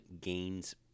gains